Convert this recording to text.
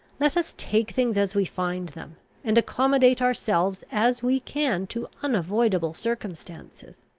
let us take things as we find them and accommodate ourselves as we can to unavoidable circumstances.